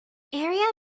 area